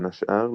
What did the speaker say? בין השאר,